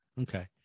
Okay